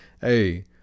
hey